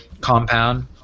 compound